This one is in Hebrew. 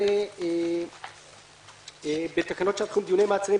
(ב) בתקנות שעת חירום (דיוני מעצרים),